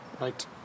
Right